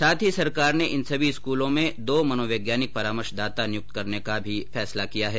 साथ ही सरकार ने इन सभी स्कूलों में दो मनोवैज्ञानिक परामर्शदाता नियुक्त करने का भी फैसला किया है